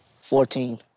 Fourteen